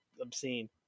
obscene